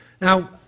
Now